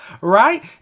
right